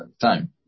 time